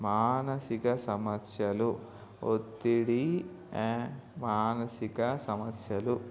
మానసిక సమస్యలు ఒత్తిడి మానసిక సమస్యలు